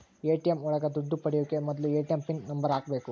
ATM ಒಳಗ ದುಡ್ಡು ಪಡಿಯೋಕೆ ಮೊದ್ಲು ಎ.ಟಿ.ಎಂ ಪಿನ್ ನಂಬರ್ ಹಾಕ್ಬೇಕು